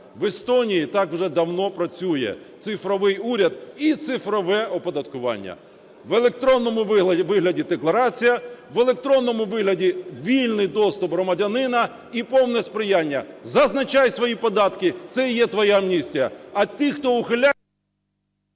В Естонії так уже давно працює цифровий уряд і цифрове оподаткування. В електронному вигляді декларація, в електронному вигляді вільний доступ громадянина і повне сприяння: зазначай свої податки, це і є твоя амністія.